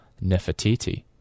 Nefertiti